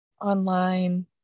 online